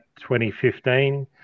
2015